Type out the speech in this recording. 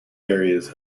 areas